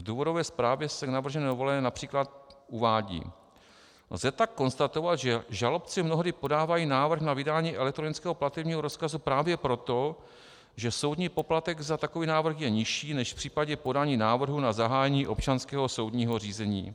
V důvodové zprávě se k navržené novele např. uvádí: Lze tak konstatovat, že žalobci mnohdy podávají návrh na vydání elektronického platebního rozkazu právě proto, že soudní poplatek za takový návrh je nižší než v případě podání návrhu na zahájení občanského soudního řízení.